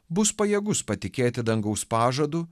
bus pajėgus patikėti dangaus pažadu